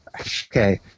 Okay